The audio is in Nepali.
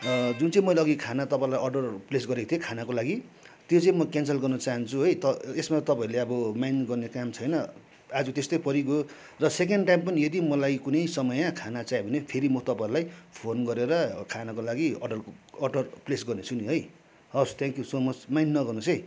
जुन चाहिँ मैले अघि खाना तपाईँलाई अर्डरहरू प्लेस गरेको थिएँ खानाको लागि त्यो चाहिँ म क्यान्सल गर्न चाहन्छु है त यसमा तपाईँहरूले अब माइन्ड गर्ने काम छैन आज त्यस्तै परिगयो र सेकेन्ड टाइम पनि यदि मलाई कुनै समय खाना चाहियो भने फेरि म तपाईँहरूलाई फोन गरेर खानाको लागि अर्डर अर्डर प्लेस गर्नेछु नि है हवस् थ्याङ्क्यु सो मच माइन्ड नगर्नुहोस् है